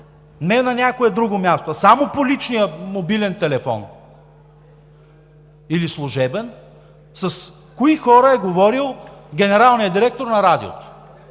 не на някое друго място, а само по личния мобилен телефон или служебен с кои хора е говорил генералният директор на Радиото.